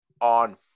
on